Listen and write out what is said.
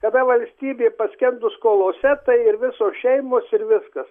kada valstybė paskendo skolose tai ir visos šeimos ir viskas